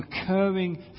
recurring